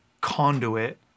conduit